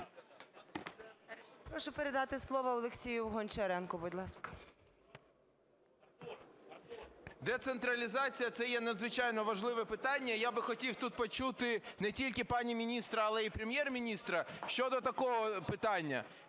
Децентралізація це є надзвичайно важливе питання. Я би хотів тут почути не тільки пані міністра, але і Прем'єр-міністра щодо такого питання.